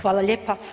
Hvala lijepa.